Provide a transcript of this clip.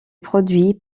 produit